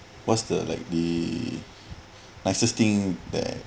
what's the like the nicest thing that